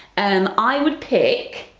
and i would pick.